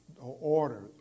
order